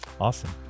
Awesome